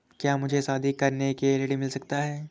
क्या मुझे शादी करने के लिए ऋण मिल सकता है?